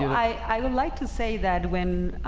i would like to say that when